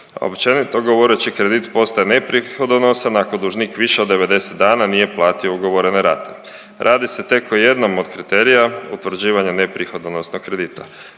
općenito govoreći kredit postaje neprihodonosan ako dužnik više od 90 dana nije plati ugovorene rate. Radi se tek o jednom od kriterija utvrđivanja nepihodonosnog kredita.